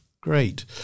Great